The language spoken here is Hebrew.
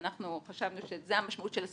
אנחנו חשבנו שזו המשמעות של הסעיף.